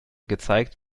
gezeigt